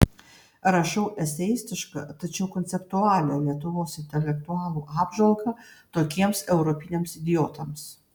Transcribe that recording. rašau eseistišką tačiau konceptualią lietuvos intelektualų apžvalgą tokiems europiniams idiotams